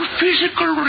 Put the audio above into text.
physical